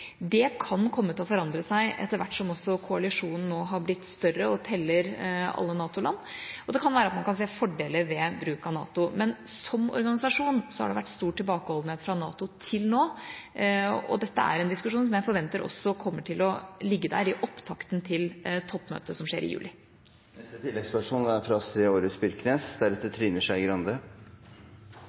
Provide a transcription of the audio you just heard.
Det kan komme til å forandre seg etter hvert som også koalisjonen nå har blitt større og teller alle NATO-land – og det kan være at man kan se fordeler ved bruk av NATO. Men fra NATO som organisasjon har det vært stor tilbakeholdenhet til nå, og dette er en diskusjon som jeg forventer også kommer til å ligge der i opptakten til toppmøtet som skjer i juli. Astrid Aarhus Byrknes – til oppfølgingsspørsmål. Terrorgruppa ISIL er